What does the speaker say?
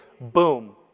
boom